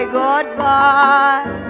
goodbye